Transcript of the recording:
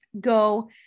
go